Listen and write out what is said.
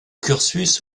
cursus